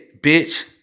bitch